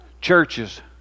Churches